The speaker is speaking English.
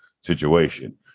situation